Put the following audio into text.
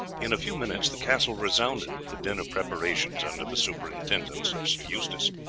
in a few minutes the castle resounded with the din of preparations under the superintendence of sir eustace.